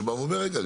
שבא ואומר רגע,